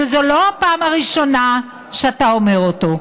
שזו לא הפעם הראשונה שאתה אומר אותו.